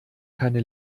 keine